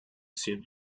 seen